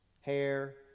hair